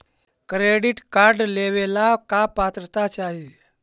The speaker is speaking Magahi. क्रेडिट कार्ड लेवेला का पात्रता चाही?